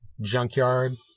Junkyard